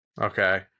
okay